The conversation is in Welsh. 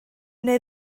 neu